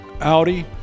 Audi